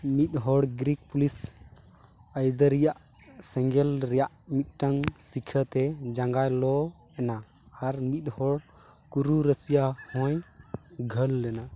ᱢᱤᱫᱦᱚᱲ Greek police ᱟᱹᱭᱫᱟᱨᱤᱭᱟᱜ ᱥᱮᱸᱜᱮᱞ ᱨᱮᱭᱟᱜ ᱢᱤᱫᱴᱟᱝ ᱥᱤᱠᱷᱟᱹᱛᱮ ᱡᱟᱸᱜᱟᱭ ᱞᱚ ᱮᱱᱟ ᱟᱨ ᱢᱤᱫ ᱦᱚᱲ ᱠᱩᱨᱩ ᱨᱟᱥᱤᱭᱟ ᱦᱚᱸᱭ ᱜᱷᱟᱹᱞ ᱞᱮᱱᱟ